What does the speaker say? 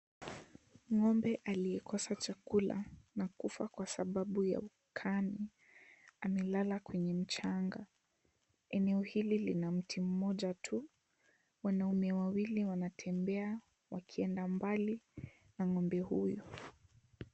Ng'ombe aliyekosa chakula na kufa kwa sababu ya ukame, amelala kwenye mchanga. Eneo hili lina mti mmoja tu. Wanaume wawili wanatembea wakienda mbali na ng'ombe huyu.